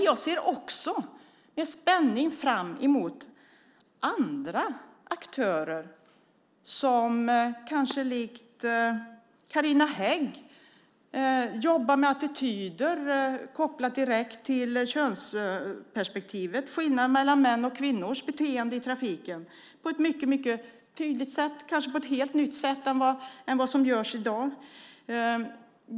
Jag ser också med spänning fram emot andra aktörer som kanske likt Carina Hägg jobbar med frågor om attityder kopplade direkt till könsperspektivet. Det gäller skillnader mellan mäns och kvinnors beteende i trafiken. Det ska vara på ett tydligt sätt, kanske på ett helt nytt sätt än vad som sker i dag.